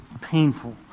painful